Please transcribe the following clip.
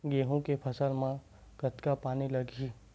गेहूं के फसल म कतका पानी लगही?